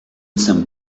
some